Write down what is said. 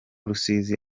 rusizi